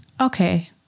okay